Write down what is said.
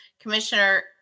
Commissioner